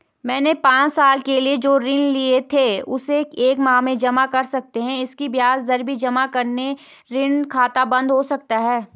मैंने पांच साल के लिए जो ऋण लिए थे उसे एक माह में जमा कर सकते हैं इसकी ब्याज दर भी जमा करके ऋण खाता बन्द हो सकता है?